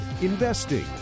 investing